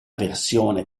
versione